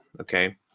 Okay